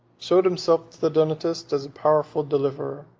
showed himself to the donatists as a powerful deliverer,